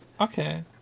Okay